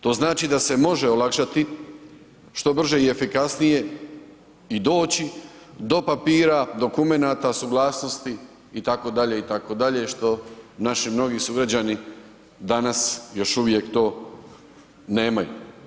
To znači da se može olakšati što brže i efikasnije i doći do papira, dokumenata, suglasnosti, itd., itd., što naši mnogi sugrađani danas još uvijek to nemaju.